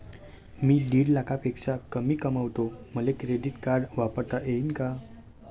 मी दीड लाखापेक्षा कमी कमवतो, मले क्रेडिट कार्ड वापरता येईन का?